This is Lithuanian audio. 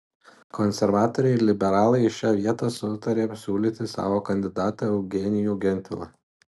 konservatoriai ir liberalai į šią vietą sutarė siūlyti savo kandidatą eugenijų gentvilą